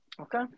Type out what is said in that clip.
Okay